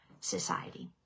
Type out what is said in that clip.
society